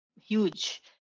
huge